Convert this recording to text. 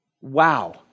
Wow